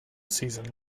season